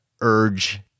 urge